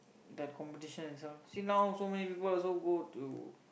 that competition itself see now so many people also go to